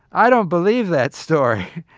i don't believe that story.